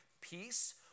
peace